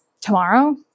tomorrow